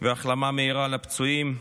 והחלמה מהירה לפצועים,